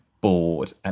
bored